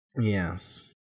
Yes